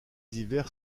hivers